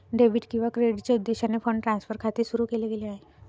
debit किंवा क्रेडिटच्या उद्देशाने फंड ट्रान्सफर खाते सुरू केले गेले आहे